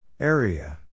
Area